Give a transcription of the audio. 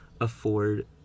afford